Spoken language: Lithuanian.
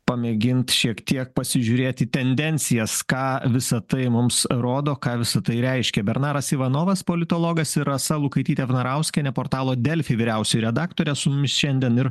pamėgint šiek tiek pasižiūrėti tendencijas ką visa tai mums rodo ką visa tai reiškia bernaras ivanovas politologas ir rasa lukaitytė vnarauskienė portalo delfi vyriausioji redaktorė su mumis šiandien ir